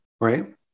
Right